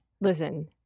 listen